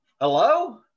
Hello